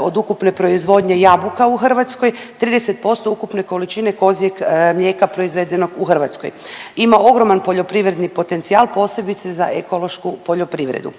od ukupne proizvodnje jabuka u Hrvatskoj, 30% ukupne količine kozjeg mlijeka proizvedenog u Hrvatskoj. Ima ogroman poljoprivredni potencijal, posebice za ekološku poljoprivredu.